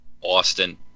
Austin